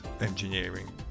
engineering